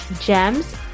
gems